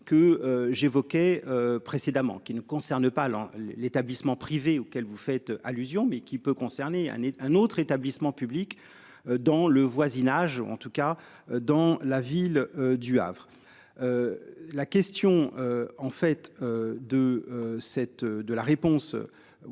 que j'évoquais précédemment, qui ne concerne pas l'an l'établissement privé auquel vous faites allusion, mais qui peut concerner un et un autre établissement public. Dans le voisinage ou en tout cas dans la ville du Havre. La question en fait.